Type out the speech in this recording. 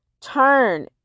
Turn